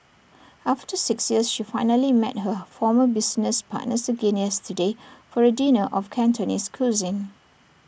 after six years she finally met her former business partners again yesterday for A dinner of Cantonese cuisine